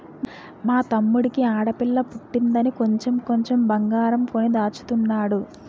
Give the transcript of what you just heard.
మా తమ్ముడికి ఆడపిల్ల పుట్టిందని కొంచెం కొంచెం బంగారం కొని దాచుతున్నాడు